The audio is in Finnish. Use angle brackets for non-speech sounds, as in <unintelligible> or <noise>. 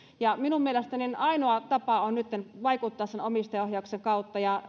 minun mielestäni ainoa tapa on nytten vaikuttaa sen omistajaohjauksen kautta ja <unintelligible>